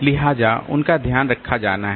लिहाजा उनका ध्यान रखा जाना है